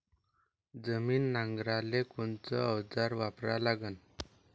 जमीन नांगराले कोनचं अवजार वापरा लागन?